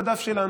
בדף שלנו.